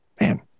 man